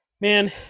man